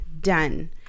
done